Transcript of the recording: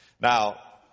Now